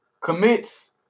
commits